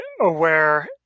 aware